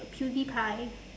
pewdiepie